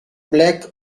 black